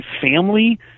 family